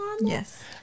Yes